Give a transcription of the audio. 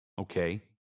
Okay